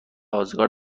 آزگار